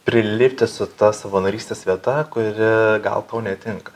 prilipti su ta savanorystės vieta kuri gal tau netinka